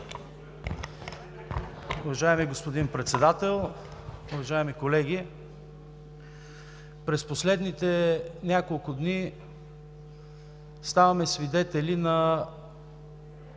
Уважаеми господин Председател, уважаеми колеги! През последните дни ставаме свидетели на